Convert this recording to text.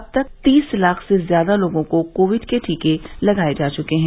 अब तक तीस लाख से ज्यादा लोगो को कोविड के टीके लगाये जा चुके हैं